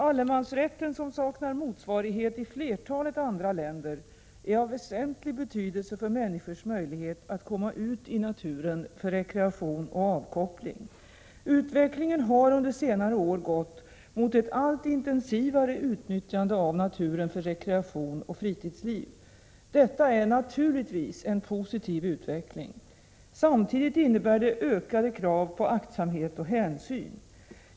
Allemansrätten, som saknar motsvarighet i flertalet andra länder, är av väsentlig betydelse för människors möjlighet att komma ut i naturen för rekreation och avkoppling. Utvecklingen har under senare år gått mot ett allt intensivare utnyttjande av naturen för rekreation och friluftsliv. Detta är naturligtvis en positiv utveckling. Samtidigt innebär det ökade krav på aktsamhet och hänsyn.